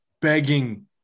begging